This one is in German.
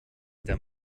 der